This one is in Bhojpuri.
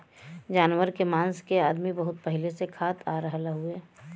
जानवरन के मांस के अदमी बहुत पहिले से खात आ रहल हउवे